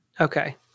Okay